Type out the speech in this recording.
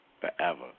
Forever